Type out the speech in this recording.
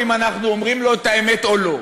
או אם אנחנו אומרים לו את האמת או לא?